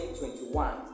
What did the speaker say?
2021